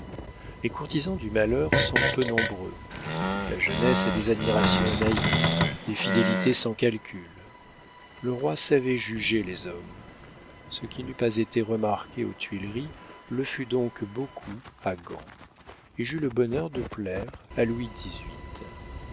les courtisans du malheur sont peu nombreux la jeunesse a des admirations naïves des fidélités sans calcul le roi savait juger les hommes ce qui n'eût pas été remarqué aux tuileries le fut donc beaucoup à gand et j'eus le bonheur de plaire à louis xviii